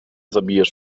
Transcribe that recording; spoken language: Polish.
zbijesz